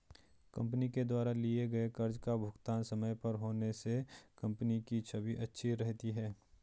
company के द्वारा लिए गए कर्ज का भुगतान समय पर होने से कंपनी की छवि अच्छी रहती है